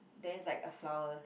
then it's like a flower